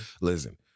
Listen